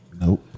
Nope